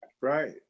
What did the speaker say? Right